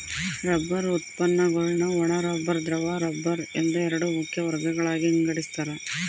rubber ಉತ್ಪನ್ನಗುಳ್ನ ಒಣ rubber ದ್ರವ ರಬ್ಬರ್ ಎಂದು ಎರಡು ಮುಖ್ಯ ವರ್ಗಗಳಾಗಿ ವಿಂಗಡಿಸ್ತಾರ